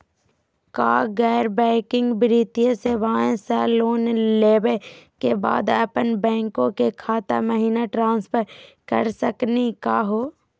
का गैर बैंकिंग वित्तीय सेवाएं स लोन लेवै के बाद अपन बैंको के खाता महिना ट्रांसफर कर सकनी का हो?